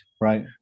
Right